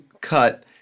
cut